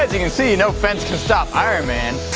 you can see no fence to stop iron man.